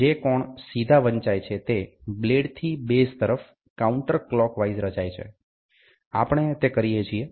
જે કોણ સીધા વંચાય છે તે બ્લેડ થી બેઝ તરફ કાઉન્ટર ક્લોકવાઇઝ રચાય છે આપણે તે કરીએ છીએ